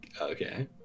Okay